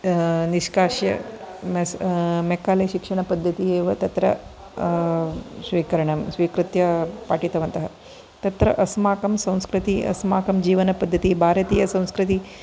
निष्काश्य Macaulay शिक्षणपद्दति एव स्वीकरणं स्वीकृत्य पाठितवन्तः तत्र अस्माकं संस्कृति अस्माकं जीवनपद्धति भारतीयसंस्कृति